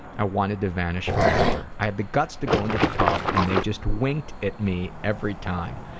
i wanted to vanish forever. i had the guts to go into the pub and they just winked at me every time.